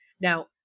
Now